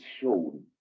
shown